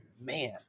man